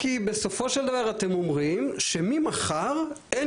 כי בסופו של דבר אתם אומרים שממחר אין